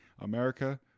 America